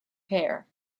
pair